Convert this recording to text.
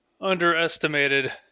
underestimated